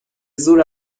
زور